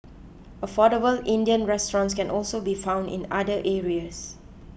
affordable Indian restaurants can also be found in other areas